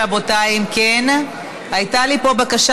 רבותיי, אם כן, הייתה לי פה בקשה